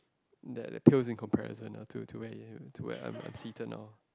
that that pales in comparison ah to to where he to where I'm I'm seated now